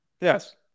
Yes